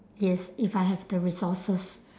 yes if I have the resources